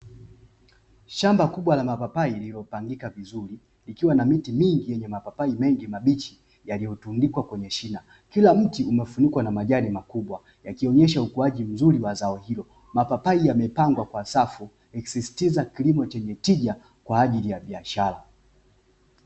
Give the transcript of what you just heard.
Shamba kubwa la mapapai lililopangika vizuri, ikiwa na miti mingi yenye mapapai mengi mabichi yaliyotundikwa kwenye shina, kila mti umefunikwa na majani makubwa, yakionyesha ukuaji mzuri wa zao hilo. Mapapai yamepangwa kwa safu ikisisitiza kilimo chenye tija kwa ajili ya biashara.